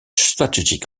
strategic